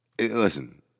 listen